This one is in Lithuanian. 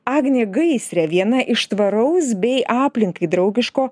agnė gaisrė viena iš tvaraus bei aplinkai draugiško